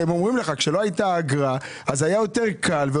שכשלא הייתה אגרה היה יותר קל,